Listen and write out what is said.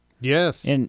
Yes